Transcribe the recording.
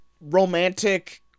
romantic